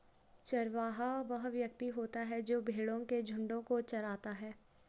चरवाहा वह व्यक्ति होता है जो भेड़ों के झुंडों को चराता है